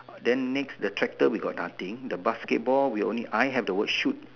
then next the tractor we got nothing the basketball we only I have the word shoot